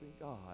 God